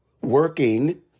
working